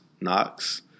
Knox